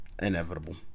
inevitable